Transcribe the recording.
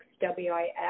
W-I-X